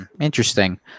Interesting